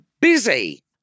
busy